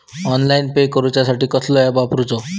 Online pay करूचा साठी कसलो ऍप वापरूचो?